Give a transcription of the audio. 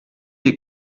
your